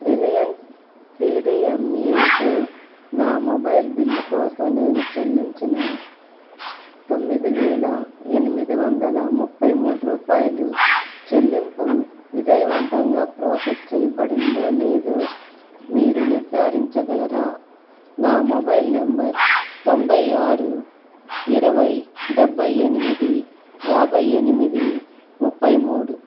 Reliance సిడిఎంఎతో నా mobile bill కోసం నేను చెల్లించిన తొమ్మిది వేల ఎనిమిది వందల ముప్పై మూడు రూపాయలు చెల్లింపు విజయవంతంగా ప్రాసెస్ చేయబడిందో లేదో మీరు నిర్ధారించగలరా నా మొబైల్ నెంబర్ తొంభై ఆరు ఇరవై డెబ్భై ఎనిమిది యాభై ఎనిమిది ముప్పై మూడు